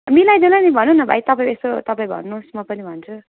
मिलाइदिउँला नि भन्नु न भाइ तपाईँ यसो तपाईँ भन्नुहोस् म पनि भन्छु